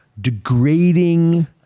degrading